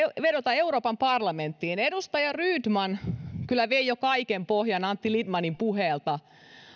vedota euroopan parlamenttiin edustaja rydman vei kyllä jo kaiken pohjan antti lindtmanin puheelta